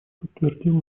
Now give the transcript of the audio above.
подтвердил